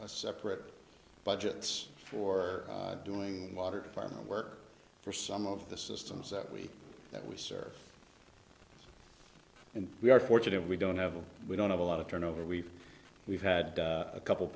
separate budgets for doing water planning work for some of the systems that we that we serve and we are fortunate we don't have we don't have a lot of turnover we've we've had a couple